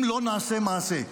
אם לא נעשה מעשה.